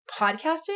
podcasting